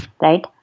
right